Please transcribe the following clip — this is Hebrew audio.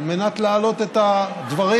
על מנת להעלות את הדברים.